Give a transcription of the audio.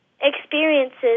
experiences